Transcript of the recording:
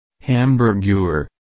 Hamburger